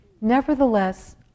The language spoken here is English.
Nevertheless